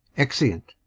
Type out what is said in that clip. exeunt